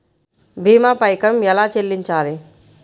భీమా పైకం ఎలా చెల్లించాలి?